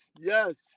yes